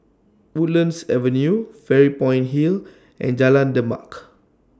Woodlands Avenue Fairy Point Hill and Jalan Demak